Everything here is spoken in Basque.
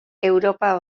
europa